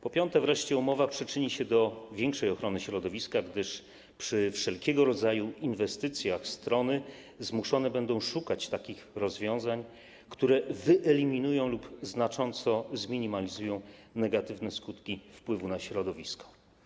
Po piąte wreszcie, umowa przyczyni się do większej ochrony środowiska, gdyż przy wszelkiego rodzaju inwestycjach strony zmuszone będą szukać takich rozwiązań, które wyeliminują lub znacząco zminimalizują negatywne skutki wpływu na środowisko.